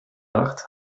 lacht